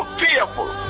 fearful